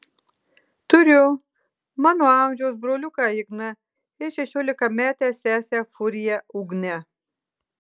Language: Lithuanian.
turiu mano amžiaus broliuką igną ir šešiolikametę sesę furiją ugnę